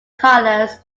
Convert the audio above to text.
colors